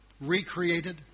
recreated